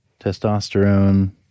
testosterone